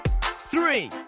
Three